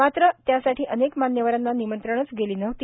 मात्र त्यासाठी अनेक मान्यवरांना निमंत्रणंच गेली नव्हती